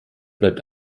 bleibt